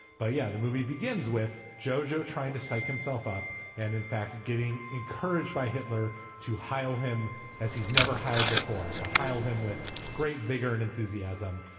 but yeah the movie begins with jo-jo trying to psych himself up and in fact getting encouraged by hitler to hail him as he's never held before to hail him with great vigor and enthusiasm.